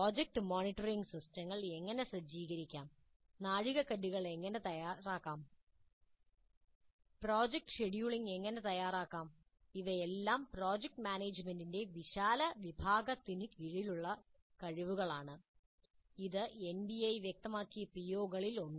project monitoring സിസ്റ്റങ്ങൾ എങ്ങനെ സജ്ജീകരിക്കാം നാഴികക്കല്ലുകൾ എങ്ങനെ സജ്ജീകരിക്കാം പ്രോജക്റ്റ് ഷെഡ്യൂളിംഗ് എങ്ങനെ തയ്യാറാക്കാം ഇവയെല്ലാം പ്രോജക്റ്റ് മാനേജ്മെന്റിന്റെ വിശാലമായ വിഭാഗത്തിന് കീഴിലുള്ള കഴിവുകളാണ് ഇത് എൻബിഎ വ്യക്തമാക്കിയ പിഒകളിൽ ഒന്ന്